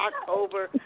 October